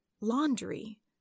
laundry